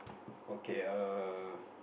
okay err